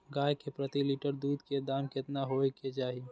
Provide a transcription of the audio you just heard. गाय के प्रति लीटर दूध के दाम केतना होय के चाही?